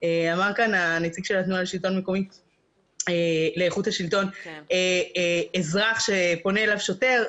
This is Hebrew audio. דיבר הנציג של התנועה לאיכות השלטון על אזרח שפונה לשוטר.